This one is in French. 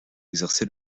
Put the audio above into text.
exercé